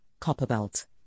Copperbelt